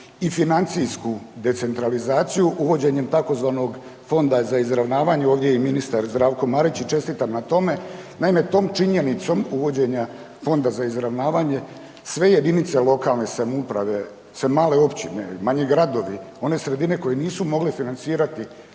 i financijsku decentralizaciju uvođenjem tzv. Fonda za izravnavanje, ovdje je i ministar Zdravko Marić i čestitam na tome. Naime, tom činjenicom uvođenja Fonda za izravnavanje sve JLS, sve male općine, manji gradovi, one sredine koje nisu mogle financirati